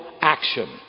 action